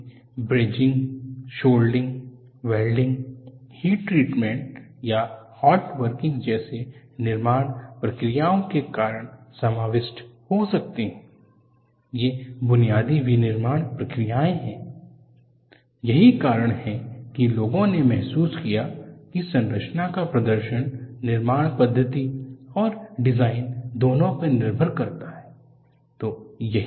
ये brazing soldering welding heat treatment या hot working जैसी निर्माण प्रक्रियाओं के कारण समाविष्ट हो सकते है ये बुनियादी विनिर्माण प्रक्रियाएं हैं यही कारण है कि लोगों ने महसूस किया कि संरचना का प्रदर्शन निर्माण पद्धति और डिजाइन दोनों पर निर्भर करता है